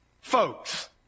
Folks